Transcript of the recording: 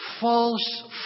false